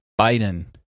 Biden